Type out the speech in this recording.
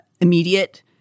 immediate